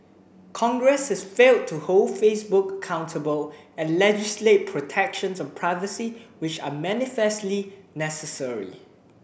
congress has failed to hold Facebook accountable and legislate protections on privacy which are manifestly necessary